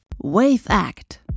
WaveAct